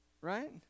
Right